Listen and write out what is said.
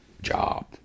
job